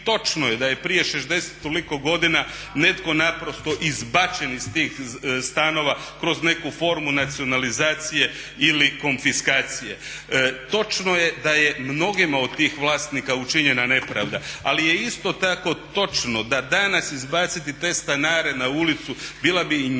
i točno je da je prije 60 i toliko godina netko naprosto izbačen iz tih stanova kroz neku formu nacionalizacije ili konfiskacije. Točno je da je mnogima od tih vlasnika učinjena nepravda ali je isto tako točno da danas izbaciti te stanare na ulicu bila bi i njima